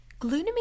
Glutamine